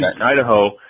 Idaho